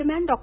दरम्यान डॉ